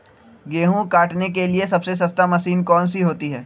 गेंहू काटने के लिए सबसे सस्ती मशीन कौन सी होती है?